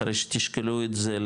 אחרי שתשקלו את זה,